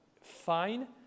fine